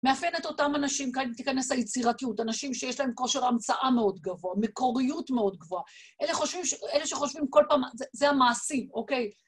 מאפיינת אותם אנשים, כאן תיכנס היצירתיות, אנשים שיש להם כושר המצאה מאוד גבוה, מקוריות מאוד גבוהה. אלה שחושבים כל פעם, זה המעשים, אוקיי?